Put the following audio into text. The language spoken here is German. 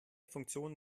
funktion